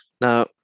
Now